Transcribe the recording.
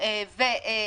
כתבנו כך: